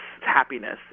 happiness